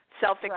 self